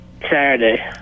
Saturday